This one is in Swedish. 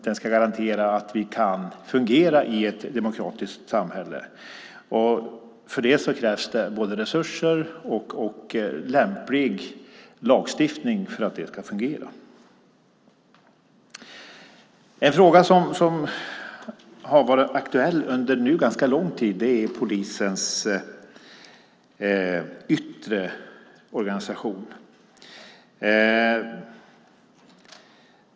Den ska garantera att vi kan fungera i ett demokratiskt samhälle. Det krävs både resurser och lämplig lagstiftning för att det ska fungera. En fråga som har varit aktuell under ganska lång tid är polisens yttre organisation.